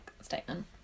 statement